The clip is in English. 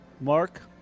Mark